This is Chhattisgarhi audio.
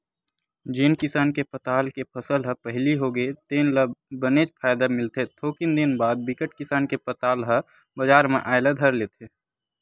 जेन किसान के पताल के फसल ह पहिली होगे तेन ल बनेच फायदा मिलथे थोकिन दिन बाद बिकट किसान के पताल ह बजार म आए ल धर लेथे